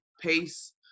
pace